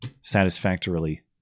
satisfactorily